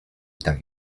tak